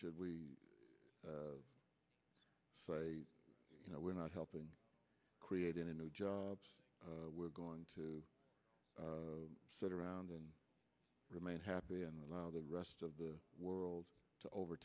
should we you know we're not helping create any new jobs we're going to sit around and remain happy and allow the rest of the world to over